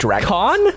Con